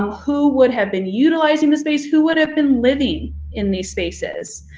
who would have been utilizing the space, who would have been living in these spaces.